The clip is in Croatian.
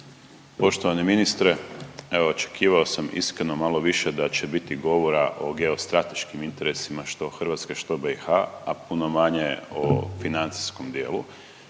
Poštovani ministre evo očekivao sam iskreno malo više da će biti govora o geostrateškim interesima što Hrvatske, što BIH, a puno manje o financijskom dijelu.